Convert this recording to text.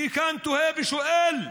אני כאן תוהה ושואל: